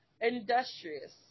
industrious